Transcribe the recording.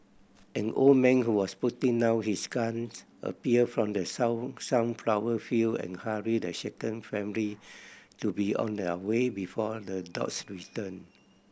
an old man who was putting down his guns appeared from the sun sunflower field and hurried the shaken family to be on their way before the dogs return